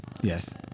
Yes